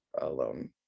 alone